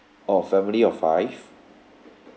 oh family of five